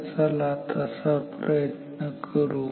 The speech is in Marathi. तर चला तसा प्रयत्न करू